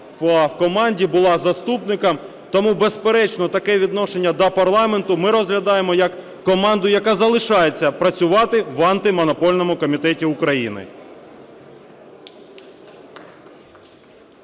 в команді, була заступником. Тому, безперечно, таке відношення до парламенту ми розглядаємо як команду, яка залишається працювати в Антимонопольному комітеті України.